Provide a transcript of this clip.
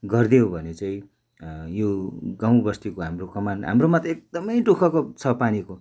गरिदियो भने चाहिँ यो गाउँ बस्तीको हाम्रो कमान हाम्रोमा एकदमै दु खको छ पानीको